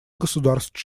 государств